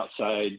outside